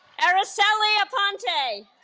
araceli aponte